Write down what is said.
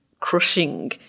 crushing